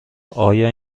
آیا